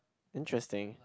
interesting